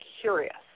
curious